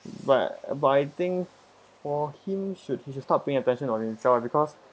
but but I think for him should he just stop paying attention on himself lah because